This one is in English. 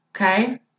Okay